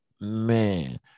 Man